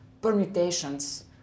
permutations